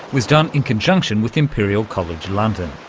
was done in conjunction with imperial college london.